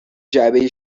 جعبه